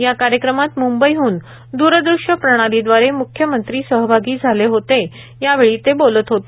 या कार्यक्रमात मुंबईहन द्रदृश्य प्रणालीद्वारे मुख्यमंत्री सहभागी झाले यावेळी ते बोलत होते